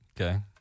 Okay